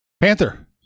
Panther